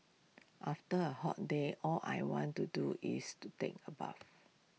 after A hot day all I want to do is to take A bath